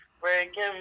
Breaking